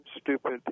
stupid